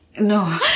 No